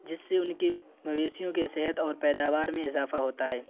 جس سے ان کے مویشیوں کے صحت اور پیداوار میں اضافہ ہوتا ہے